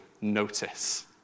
notice